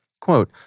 Quote